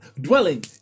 dwelling